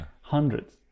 hundreds